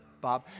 Bob